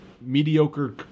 mediocre